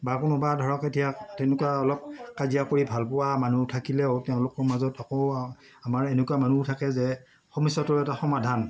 বা কোনোবা ধৰক এতিয়া তেনেকুৱা অলপ কাজিয়া কৰি ভালপোৱা মানুহ থাকিলেও তেওঁলোকৰ মাজত আকৌ আমাৰ এনেকুৱা মানুহো থাকে যে সমস্যাটোৰ এটা সমাধান